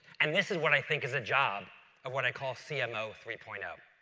and this is what i think is a job of what i call cmo three point um